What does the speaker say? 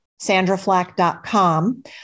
sandraflack.com